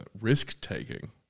risk-taking